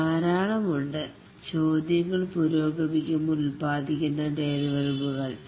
ധാരാളമുണ്ട് ചോദ്യ പുരോഗമിക്കുമ്പോൾ ഉല്പാദിക്കപ്പെടുന്ന ഡെലിവറുബുകൾ